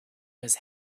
was